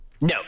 no